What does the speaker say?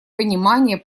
понимания